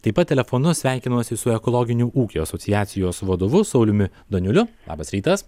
taip pat telefonu sveikinuosi su ekologinių ūkių asociacijos vadovu sauliumi daniuliu labas rytas